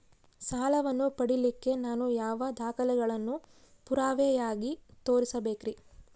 ಸಾಲವನ್ನು ಪಡಿಲಿಕ್ಕೆ ನಾನು ಯಾವ ದಾಖಲೆಗಳನ್ನು ಪುರಾವೆಯಾಗಿ ತೋರಿಸಬೇಕ್ರಿ?